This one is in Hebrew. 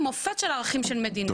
מופת של ערכים של מדינה.